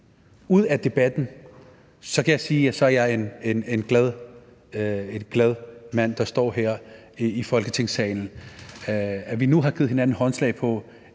ud af debatten, kan jeg sige, at så er jeg en glad mand, der står her i Folketingssalen, fordi vi nu har givet hinanden håndslag på,